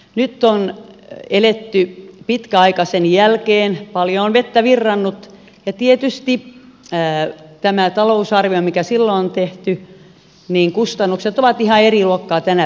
nyt on eletty pitkä aika sen jälkeen paljon on vettä virrannut ja tietysti verrattuna tähän talousarvioon mikä silloin on tehty kustannukset ovat ihan eri luokkaa tänä päivänä